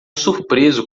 surpreso